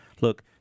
Look